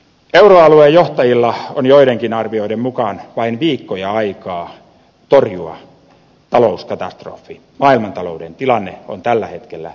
euroalueen johtajilla on joidenkin arvioiden mukaan vain viikkoja aikaa torjua talouskatastrofi maailmantalouden tilanne on tällä hetkellä niin epävarma